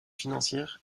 financières